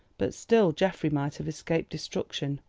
but still geoffrey might have escaped destruction.